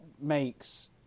makes